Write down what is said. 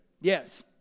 Yes